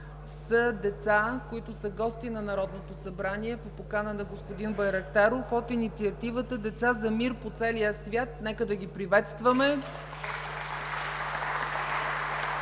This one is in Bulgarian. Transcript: са деца, които са гости на Народното събрание по покана на господин Байрактаров, от инициативата: „Деца за мир по целия свят”. Нека да ги приветстваме.